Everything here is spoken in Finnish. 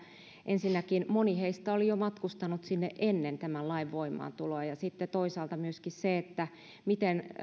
ensinnäkin moni heistä oli jo matkustanut sinne ennen tämän lain voimaantuloa ja sitten toisaalta myöskin se miten